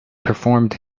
performed